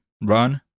run